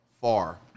far